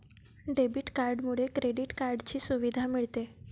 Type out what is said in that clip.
debit कार्डमुळे credit कार्डची सुविधा मिळते